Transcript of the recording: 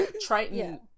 triton